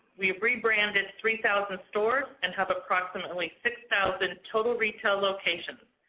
we've rebranded three thousand stores and have approximately six thousand total retail locations,